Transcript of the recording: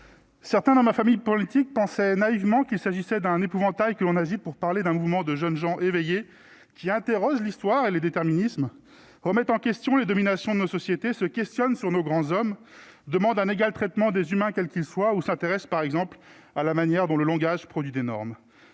Certains, dans ma famille politique, pensait naïvement qu'il s'agissait d'un épouvantail qu'on agite pour parler d'un mouvement de jeunes gens éveillés qui interroge l'histoire et les déterminismes remettent en question la domination de nos sociétés se questionnent sur nos grands hommes demandent un égal traitement des humains, quels qu'ils soient ou s'intéresse par exemple à la manière dont le langage produit d'énormes